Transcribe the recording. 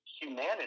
humanity